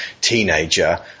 teenager